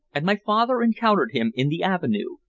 and my father encountered him in the avenue,